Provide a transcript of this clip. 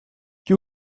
que